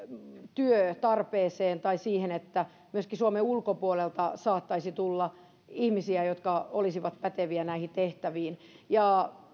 työtarpeeseen tai siihen että myöskin suomen ulkopuolelta saattaisi tulla ihmisiä jotka olisivat päteviä näihin tehtäviin ja